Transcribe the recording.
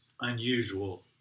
unusual